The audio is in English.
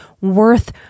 worth